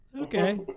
Okay